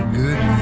good